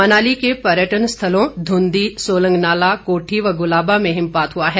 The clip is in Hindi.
मनाली के पर्यटनों स्थलों धूंधी सोलंगनाला कोठी गुलाबा में हिमपात हुआ है